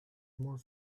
more